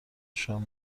شام